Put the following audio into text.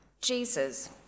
Jesus